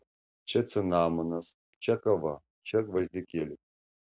čia cinamonas čia kava čia gvazdikėliai